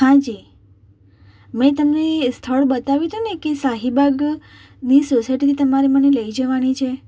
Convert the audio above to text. હા જી મેં તમને સ્થળ બતાવ્યું તું ને કે શાહીબાગની સોસાયટીથી તમારે મને લઈ જવાની છે